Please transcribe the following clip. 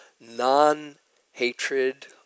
non-hatred